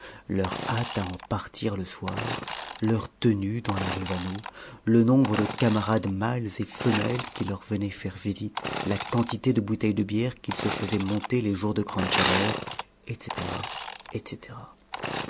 leur hâte à en partir le soir leur tenue dans la rue vaneau le nombre de camarades mâles et femelles qui leur venaient faire visite la quantité de bouteilles de bière qu'ils se faisaient monter les jours de grande chaleur et cætera et cætera